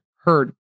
Heard